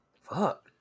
Fuck